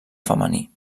femení